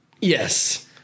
Yes